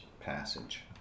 passage